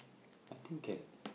I think can